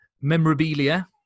memorabilia